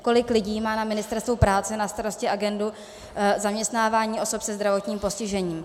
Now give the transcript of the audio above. Kolik lidí má na Ministerstvu práce na starosti agendu zaměstnávání osob se zdravotním postižením?